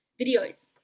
videos